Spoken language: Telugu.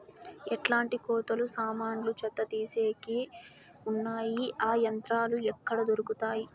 ఎట్లాంటి కోతలు సామాన్లు చెత్త తీసేకి వున్నాయి? ఆ యంత్రాలు ఎక్కడ దొరుకుతాయి?